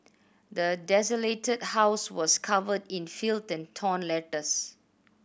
the desolated house was covered in filth and torn letters